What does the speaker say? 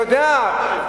אני יודע,